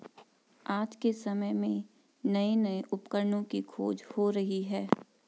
आज के समय में नये नये उपकरणों की खोज हो रही है